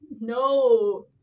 No